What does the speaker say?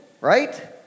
right